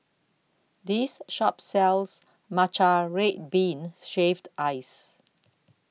This Shop sells Matcha Red Bean Shaved Ice